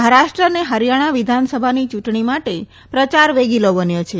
મહારાષ્ટ્ર અને હરિયાણા વિધાનસભાની યૂંટણી માટે પ્રયાર વેગીલો બન્યો છે